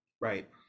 Right